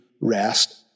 rest